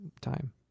time